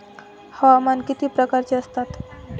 हवामान किती प्रकारचे असतात?